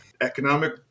economic